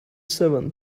seven